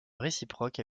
réciproque